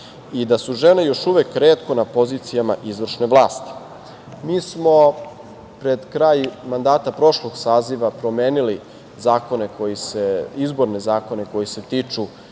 i da su žene još uvek retko na pozicijama izvršne vlasti. Mi smo pred kraj mandata prošlog saziva promenili izborne zakone koji se tiču